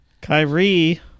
Kyrie